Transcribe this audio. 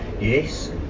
Yes